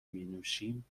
مینوشیم